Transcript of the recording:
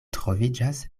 troviĝas